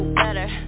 better